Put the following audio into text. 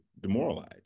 demoralized